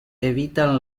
evitan